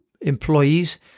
employees